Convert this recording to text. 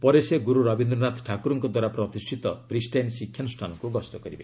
ପରେ ସେ ଗୁରୁ ରବୀନ୍ଦ୍ରନାଥ ଠାକୁରଙ୍କଦ୍ୱାରା ପ୍ରତିଷ୍ଠିତ ପ୍ରିଷ୍ଟାଇନ୍ ଶିକ୍ଷାନ୍ଦ୍ରଷ୍ଠାନକ୍ତ ଗସ୍ତ କରିବେ